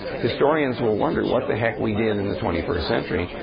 historians will wonder what the heck we did in the twenty first century.